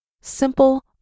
Simple